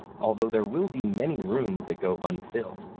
although, there will be many rooms that go unfilled,